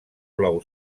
blau